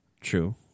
True